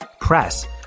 press